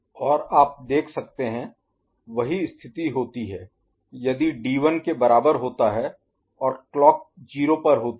और आप देख सकते हैं वही स्थिति होती है यदि D 1 के बराबर होता है और क्लॉक 0 पर होती है